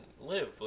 live